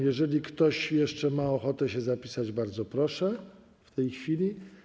Jeżeli ktoś jeszcze ma ochotę się zapisać, bardzo proszę w tej chwili.